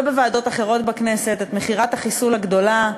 ובוועדות אחרות בכנסת, את מכירת החיסול הגדולה.